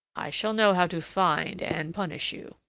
i shall know how to find and punish you.